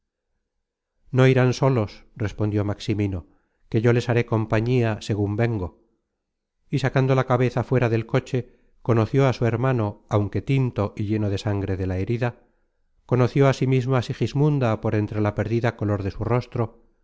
no irán solos respondió maximino que yo les haré compañía segun vengo y sacando la cabeza fuera del coche conoció a su hermano aunque tinto y lleno de sangre de la herida conoció asimismo á sigismunda por entre la perdida color de su rostro